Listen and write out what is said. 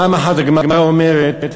פעם אחת הגמרא אומרת: